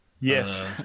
Yes